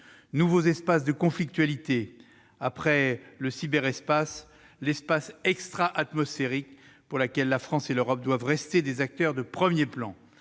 nouveaux espaces de conflictualité : après le cyberespace, l'espace extra-atmosphérique, pour lequel la France et l'Europe doivent rester des acteurs de premier plan.